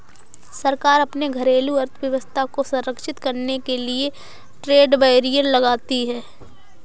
सरकार अपने घरेलू अर्थव्यवस्था को संरक्षित करने के लिए ट्रेड बैरियर लगाती है